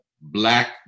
Black